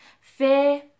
Fear